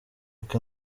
uko